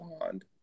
Bond